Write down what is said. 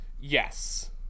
Yes